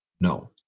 No